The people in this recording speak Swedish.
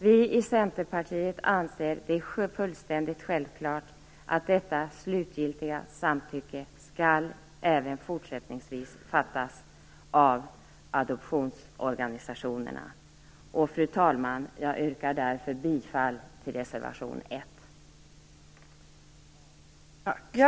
Vi i Centerpartiet anser att det är fullständigt självklart att detta slutgiltiga samtycke även fortsättningsvis skall ges av adoptionsorganisationerna. Jag yrkar därför bifall till reservation 1.